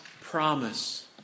promise